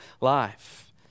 life